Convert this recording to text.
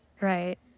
Right